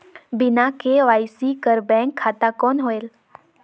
बिना के.वाई.सी कर बैंक खाता कौन होएल?